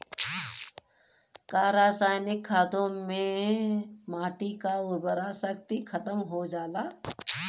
का रसायनिक खादों से माटी क उर्वरा शक्ति खतम हो जाला?